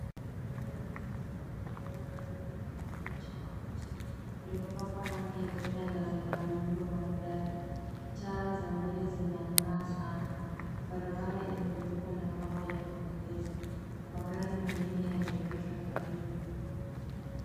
Gari la kisasa limetulia karibu na kituo cha mafuta. Limepakwa rangi ya fedha na lina muundo maridadi. Taa za mbele zinang'aa sana. Barabara imefunikwa na mawe ya kupendeza. Magari mengine yameegeshwa karibu.